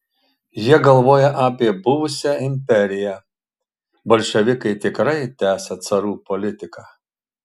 jie galvoja apie buvusią imperiją bolševikai tikrai tęsią carų politiką